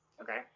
Okay